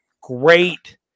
Great